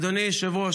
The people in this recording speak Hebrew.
אדוני היושב-ראש,